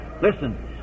Listen